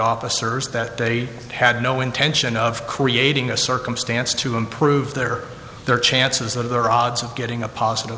officers that they had no intention of creating a circumstance to improve their their chances of their odds of getting a positive